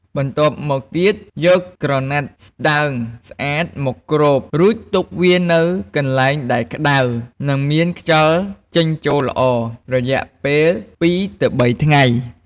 បន្ទាប់មកទៀត យកក្រណាត់ស្តើងស្អាតមកគ្រប់ រួចទុកវានៅកន្លែងដែលក្តៅ និងមានខ្យល់ចេញចូលល្អ រយៈពេល ២-៣ ថ្ងៃ។